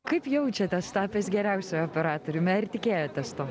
kaip jaučiatės tapęs geriausiu operatoriumi ar tikėjotės to